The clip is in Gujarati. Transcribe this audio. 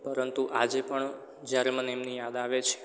પરંતુ આજે પણ જ્યારે મને એમની યાદ આવે છે